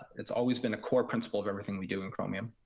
it's always been a core principle of everything we do in chromium.